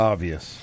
Obvious